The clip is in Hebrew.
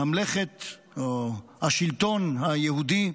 ממלכת השלטון היהודי,